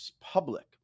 public